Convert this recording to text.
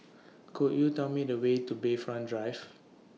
Could YOU Tell Me The Way to Bayfront Drive